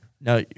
Now